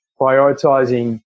prioritising